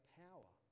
power